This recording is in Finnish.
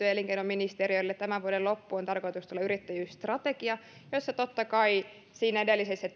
ja elinkeinoministeriölle tämän vuoden loppuun mennessä on tarkoitus tulla yrittäjyysstrategia jossa totta kai siinä edellisessä